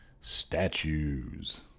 Statues